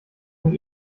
von